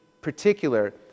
particular